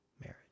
Marriage